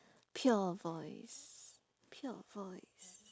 pure voice pure voice